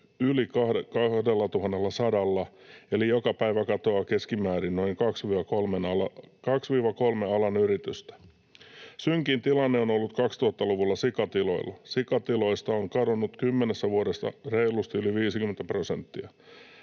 yli 2 100:lla, eli joka päivä katoaa keskimäärin kaksi kolme alan yritystä. Synkin tilanne on ollut 2000-luvulla sikatiloilla. Sikatiloista on kadonnut kymmenessä vuodessa reilusti yli 50 prosenttia.